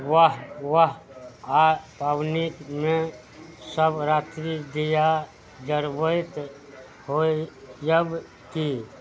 वाह वाह आओर पाबनिमे सब राति दीआ जरबैत होयब कि